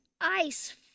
ice